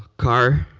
car,